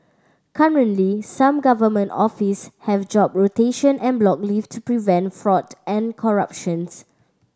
currently some government office have job rotation and block leave to prevent fraud and corruptions